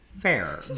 Fair